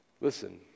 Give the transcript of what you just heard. Listen